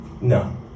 No